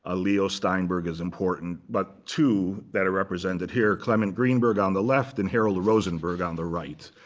ah leo steinberg is important. but two that are represented here clement greenberg on the left and harold rosenberg on the right.